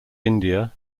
india